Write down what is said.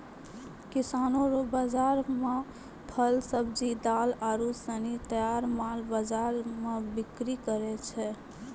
किसानो रो बाजार मे फल, सब्जी, दाल आरू सनी तैयार माल बाजार मे बिक्री करै छै